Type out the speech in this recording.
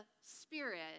Spirit